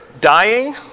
dying